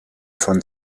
von